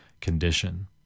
condition